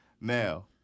Now